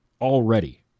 already